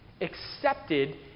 accepted